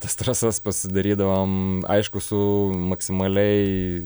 tas trasas pasidarydavom aišku su maksimaliai